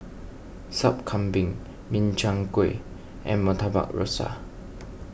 Sup Kambing Min Chiang Kueh and Murtabak Rusa